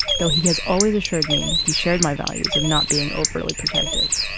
though he has always assured me he shared my values of not being overly protective.